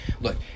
look